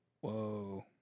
Whoa